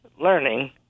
learning